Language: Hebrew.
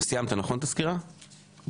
סיימת את הסקירה, נכון?